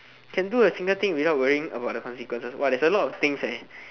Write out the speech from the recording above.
can do a single thing without worrying about the consequences !wah! there's a lot of things leh